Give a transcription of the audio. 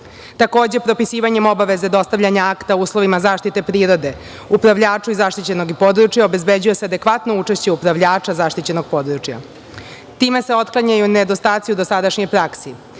donosi. Takođe, propisivanjem obaveze dostavljanja akta o uslovima zaštitite prirode upravljaču iz zaštićenog područja obezbeđuje se adekvatno učešće upravljača zaštićenog područja. Time se otklanjaju nedostaci u dosadašnjoj praksi